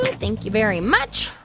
thank you very much.